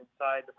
inside